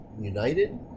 united